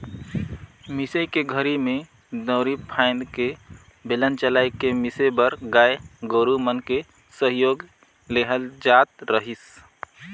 मिसई के घरी में दउंरी फ़ायन्द के बेलन चलाय के मिसे बर गाय गोरु मन के सहयोग लेहल जात रहीस